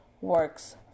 works